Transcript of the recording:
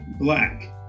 Black